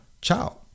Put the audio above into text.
ciao